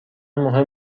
مهم